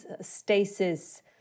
stasis